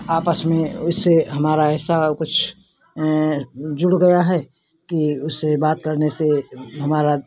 आपस में उससे हमारा ऐसा कुछ जुड़ गया है कि उससे बात करने से हमारा